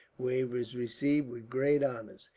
where he was received with great honors.